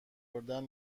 گردن